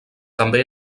també